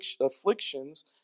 afflictions